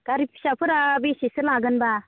गारि फिसाफोरा बेसेसो लागोनबा